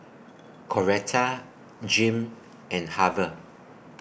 Coretta Jim and Harve